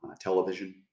television